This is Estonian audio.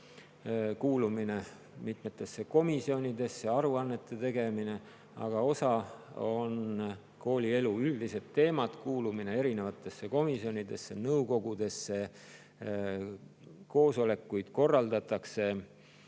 kuulumine mitmetesse komisjonidesse ja aruannete tegemine. Osa on koolielu üldised teemad, nagu kuulumine erinevatesse komisjonidesse ja nõukogudesse. Koosolekuid korraldatakse